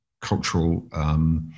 cultural